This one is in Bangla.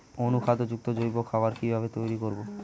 অনুখাদ্য যুক্ত জৈব খাবার কিভাবে তৈরি করব?